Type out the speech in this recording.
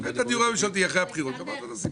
ממשלתי זה בסדר.